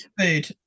Food